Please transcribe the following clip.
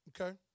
okay